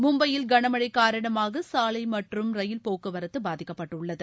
மும்பையில் கனமழை காரணமாக சாலை மற்றும் ரயில் போக்குவரத்து பாதிக்கப்பட்டுள்ளது